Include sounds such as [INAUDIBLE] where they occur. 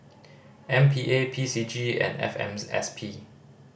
M P A P C G and F M [UNINTELLIGIBLE] S P